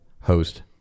host